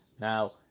Now